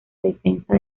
defensa